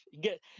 get